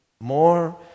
more